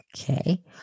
Okay